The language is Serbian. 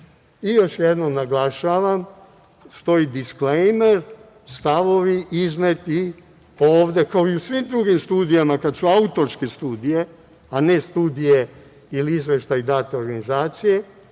Još jednom naglašavam, stoji disklejmer, stavovi izneti ovde kao i u svim drugim studijama, kada su autorske studije, a ne studije ili izveštaj date organizacije,